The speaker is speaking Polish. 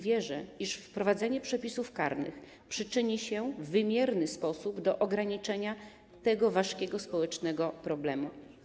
Wierzę, iż wprowadzenie przepisów karnych przyczyni się w wymierny sposób do ograniczenia tego ważkiego społecznie problemu.